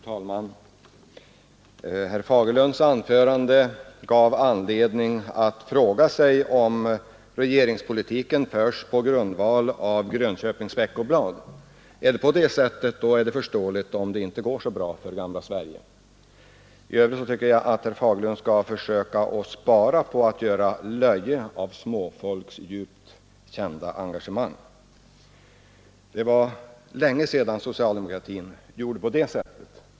Fru talman! Herr Fagerlunds anförande föranleder mig att fråga om regeringspolitiken förs på grundval av Grönköpings Veckoblad. Är det på det sättet, är det förståeligt om det inte går så bra för gamla Sverige. I övrigt tycker jag att herr Fagerlund skall försöka att spara på att sprida löje över småfolks djupt kända engagemang. Det var länge sedan socialdemokratin gjorde på det sättet.